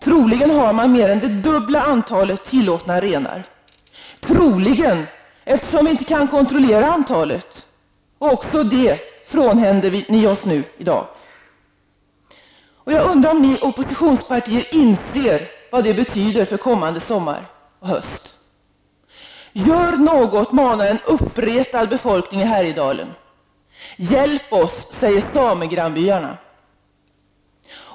Troligen har man mer än det dubbla antalet tillåtna renar. Troligen, eftersom vi inte kan kontrollera antalet. Också denna möjlighet frånhänder ni oss i dag. Inser ni som tillhör oppositionspartierna vad det innebär för kommande sommar och höst? ''Gör något'', manar en uppretad befolkning i Härjedalen. ''Hjälp oss'', säger samegrannbyarna.